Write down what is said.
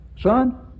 Son